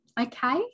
okay